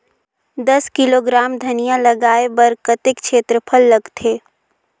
दस किलोग्राम धनिया लगाय बर कतेक क्षेत्रफल लगथे?